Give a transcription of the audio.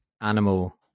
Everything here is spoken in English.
animal